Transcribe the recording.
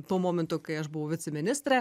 tuo momentu kai aš buvau viceministrė